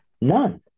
None